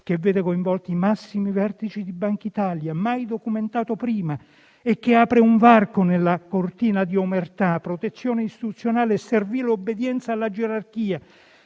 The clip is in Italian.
che vede coinvolti i massimi vertici di Banca d'Italia e mai documentato prima, il quale apre un varco nella cortina di omertà, protezione istituzionale e servile obbedienza alla gerarchia